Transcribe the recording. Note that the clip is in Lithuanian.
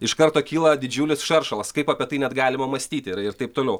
iš karto kyla didžiulis šaršalas kaip apie tai net galima mąstyti ir ir taip toliau